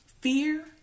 Fear